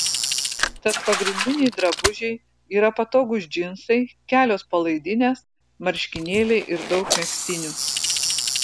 tad pagrindiniai drabužiai yra patogūs džinsai kelios palaidinės marškinėliai ir daug megztinių